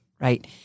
right